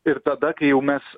ir tada kai jau mes